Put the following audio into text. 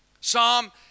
Psalm